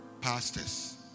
pastors